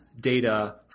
data